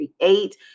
create